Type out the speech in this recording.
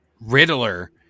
Riddler